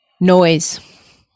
Noise